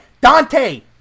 Dante